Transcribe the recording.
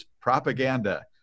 propaganda